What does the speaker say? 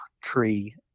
tree